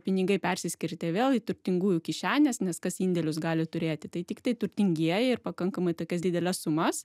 pinigai persiskirstė vėl į turtingųjų kišenes nes kas indėlius gali turėti tai tiktai turtingieji ir pakankamai tokias dideles sumas